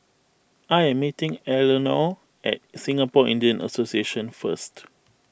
I am meeting Eleonore at Singapore Indian Association first